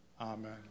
Amen